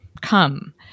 come